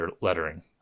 lettering